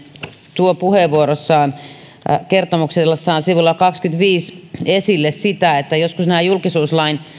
tuo puheenvuorossaan kertomuksen sivulla kahdellekymmenelleviidelle esille sitä että joskus nämä julkisuuslain